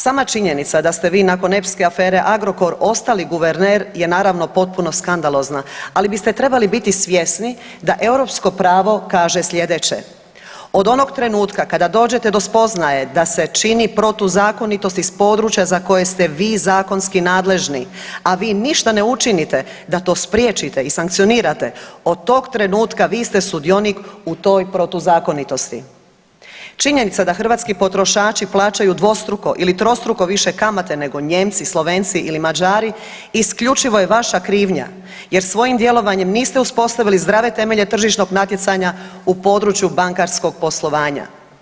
Sama činjenica da ste vi nakon epske afere Agrokor ostali guverner je naravno potpuno skandalozna, ali biste trebali biti svjesni da europsko pravo kaže sljedeće: „Od onoga trenutka kada dođete do spoznaje da se čini protuzakonitost iz područja za koje ste vi zakonski nadležni a vi ništa ne učinite da to spriječite i sankcionirate od tog trenutka vi ste sudionik u toj protuzakonitosti.“ Činjenica da hrvatski potrošači plaćaju dvostruko ili trostruko više kamate nego Nijemci, Slovenci ili Mađari isključivo je vaša krivnja jer svojim djelovanjem niste uspostavili zdrave temelje tržišnog natjecanja u području bankarskog poslovanja.